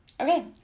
okay